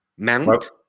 Mount